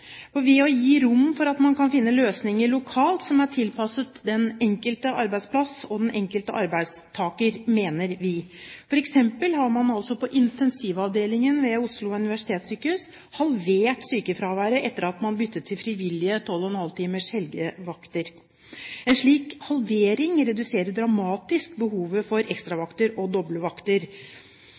dette? Ved å gi rom for å finne løsninger lokalt som er tilpasset den enkelte arbeidsplass og den enkelte arbeidstaker, mener vi. For eksempel har man på intensivavdelingen ved Oslo universitetssykehus halvert sykefraværet etter at man byttet til frivillige 12,5 timers helgevakter. En slik halvering reduserer behovet for ekstravakter og doble vakter